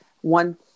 one